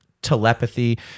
telepathy